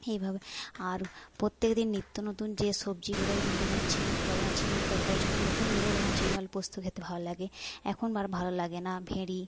এইভাবে আর প্রত্যেক দিন নিত্য নতুন যে সবজি বেরোয় যেমন ঝিঙের ঝিঙের তরকারি যখন নতুন বেরোয় তখন ঝিঙে আলু পোস্ত খেতে ভালো লাগে এখন আর ভাল লাগে না ভেড়ি